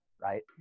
Right